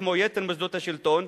כמו יתר מוסדות השלטון,